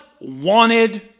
wanted